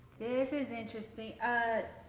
this is interesting, ah,